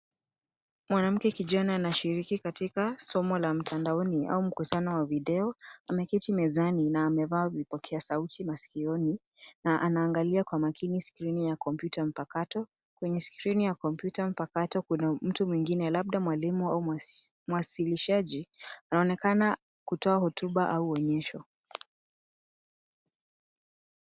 Mwanamke kijana anashiriki katika somo la mtandaoni au mkutano wa video. Ameketi mezani na amevaa vipokea sauti masikioni na anaangalia kwa makini skrini ya kompyuta mpakato. Kwenye skrini ya kompyuta mpakato kuna mtu mwingine labda mwalimu au mwasilishaji anaonekana kutoa hotuba au onyesho.